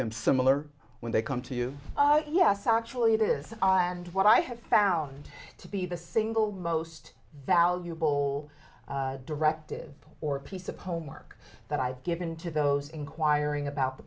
them similar when they come to you yes actually it is i and what i have found to be the single most valuable directive or piece of homework that i've given to those inquiring about the